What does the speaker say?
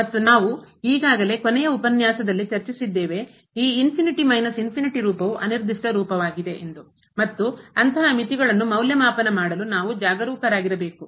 ಮತ್ತು ನಾವು ಈಗಾಗಲೇ ಕೊನೆಯ ಉಪನ್ಯಾಸದಲ್ಲಿ ಚರ್ಚಿಸಿದ್ದೇವೆ ಈ ರೂಪವು ಅನಿರ್ದಿಷ್ಟ ರೂಪವಾಗಿದೆ ಎಂದು ಮತ್ತು ಅಂತಹ ಮಿತಿಗಳನ್ನು ಮೌಲ್ಯಮಾಪನ ಮಾಡಲು ನಾವು ಜಾಗರೂಕರಾಗಿರಬೇಕು